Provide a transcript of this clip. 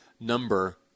number